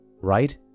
right